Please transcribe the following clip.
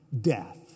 death